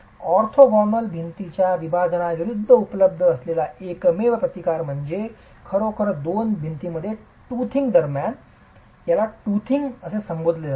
orthogonal भिंतींच्या विभाजनाविरूद्ध उपलब्ध असलेला एकमेव प्रतिकार म्हणजे खरोखरच दोन भिंतींमध्ये टॉथिंग दरम्यान टॉथिंग म्हणून संबोधले जाते